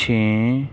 ਛੇ